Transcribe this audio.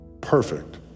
Perfect